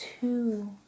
two